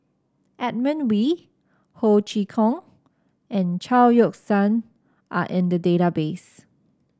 Edmund Wee Ho Chee Kong and Chao Yoke San are in the database